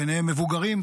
ביניהם מבוגרים,